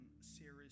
series